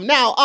Now